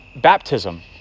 baptism